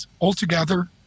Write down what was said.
altogether